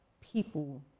people